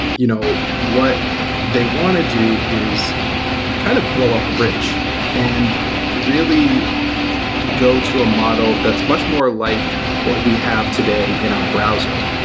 you know what they want to do is kind of blow up the bridge and really go to a model that's much more like what we have today in our browser.